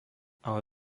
ale